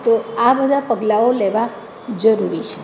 તો આ બધા પગલાઓ લેવા જરૂરી છે